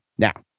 now,